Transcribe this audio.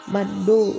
Mando